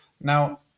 Now